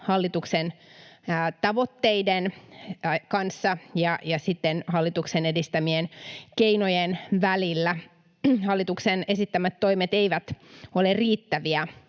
hallituksen tavoitteiden ja hallituksen edistämien keinojen välillä. Hallituksen esittämät toimet eivät ole riittäviä